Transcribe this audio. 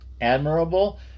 admirable